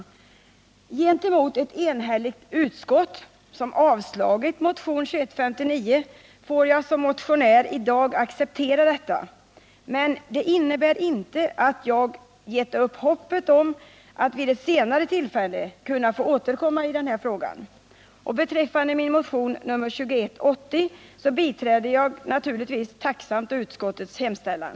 Med tanke på att det är ett enhälligt utskott som avstyrkt motion 2159 får jag i dag som motionär acceptera ett avslag, men det innebär inte att jag gett upp hoppet om att vid ett senare tillfälle kunna få återkomma i denna fråga. I vad gäller min motion nr 2180 biträder jag naturligtvis tacksamt utskottets hemställan.